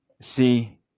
See